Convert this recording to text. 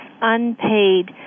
unpaid